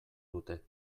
dute